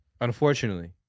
Unfortunately